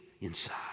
inside